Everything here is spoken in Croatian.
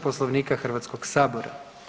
Poslovnika Hrvatskog sabora.